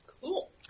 cool